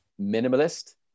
minimalist